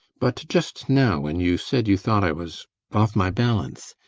but just now when you said you thought i was off my balance?